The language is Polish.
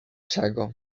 czego